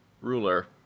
ruler